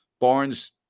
Barnes